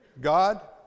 God